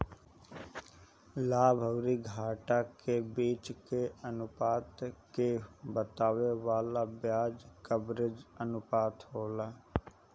लाभ अउरी घाटा के बीच के अनुपात के बतावे वाला बियाज कवरेज अनुपात होला